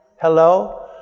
Hello